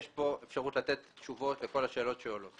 יש כאן אפשרות לתת תשובות לכל השאלות שעולות